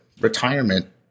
retirement